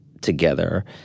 together